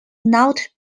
not